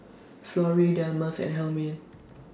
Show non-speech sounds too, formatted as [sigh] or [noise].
Florrie Delmas and [unintelligible]